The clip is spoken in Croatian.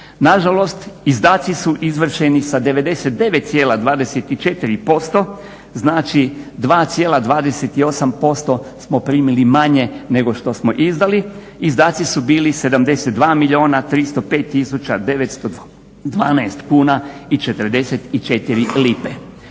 Nažalost, izdaci su izvršeni sa 99,24% znači 2,28% smo primili manje nego što smo izdali. Izdaci su bili 72 milijuna 305 tisuća 912 kuna i 44 lipe.